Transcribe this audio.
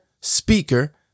speaker